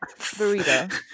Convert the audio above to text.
burrito